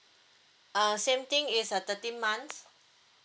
uh same thing is a thirteen month